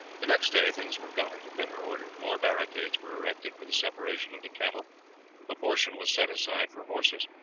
the next day things were got into better order. more barricades were erected for the separation of the cattle a portion was set aside for horses.